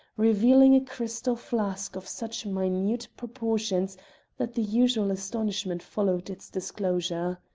revealing a crystal flask of such minute proportions that the usual astonishment followed its disclosure.